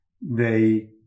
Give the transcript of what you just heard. they-